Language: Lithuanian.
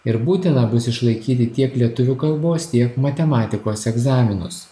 ir būtina bus išlaikyti tiek lietuvių kalbos tiek matematikos egzaminus